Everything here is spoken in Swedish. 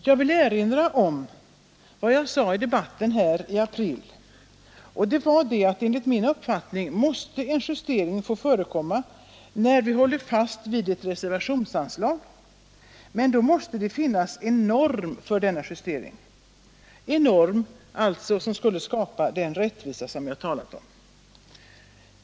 Jag vill erinra om vad jag sade under debatten i april, nämligen att enligt min uppfattning måste en justering få förekomma när vi håller fast vid ett reservationsanslag. Men då måste det finnas en norm för denna justering, en norm som skulle skapa den rättvisa jag talat om.